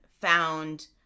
found